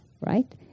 right